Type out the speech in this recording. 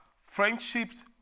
friendships